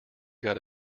got